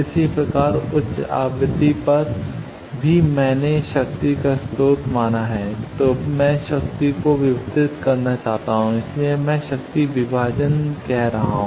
इसी प्रकार उच्च आवृत्ति पर भी मैंने शक्ति का स्रोत माना है तब मैं शक्ति को वितरित करना चाहता हूं इसलिए इसे शक्ति विभाजन कहा जाता है